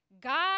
God